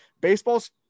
baseball's